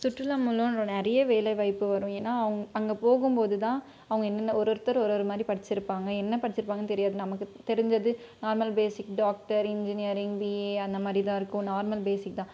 சுற்றுலா மூலம் நிறைய வேலை வாய்ப்பு வரும் ஏன்னால் அங்கே போகும் போதுதான் அவங்க என்னென்ன ஒரு ஒருத்தர் ஒரு ஒரு மாதிரி படிச்சுருப்பாங்க என்ன படிச்சுருப்பாங்கன்னு தெரியாது நமக்கு தெரிஞ்சது normal basic doctor engineering BE அந்த மாதிரி தான் இருக்கும் நார்மல் பேசிக் தான்